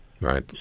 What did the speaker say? Right